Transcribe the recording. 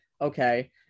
okay